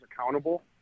accountable